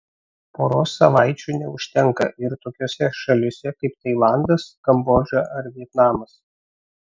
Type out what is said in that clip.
poros savaičių neužtenka ir tokiose šalyse kaip tailandas kambodža ar vietnamas